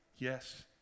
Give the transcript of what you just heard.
Yes